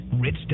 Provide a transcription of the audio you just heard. Rich